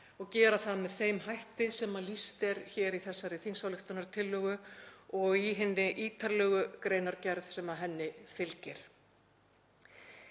og gera það með þeim hætti sem lýst er í þessari þingsályktunartillögu og í hinni ítarlegu greinargerð sem henni fylgir.